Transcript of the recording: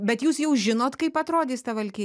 bet jūs jau žinot kaip atrodys ta valkiri